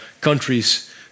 countries